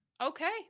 Okay